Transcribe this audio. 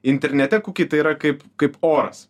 internete kukiai tai yra kaip kaip oras